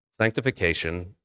Sanctification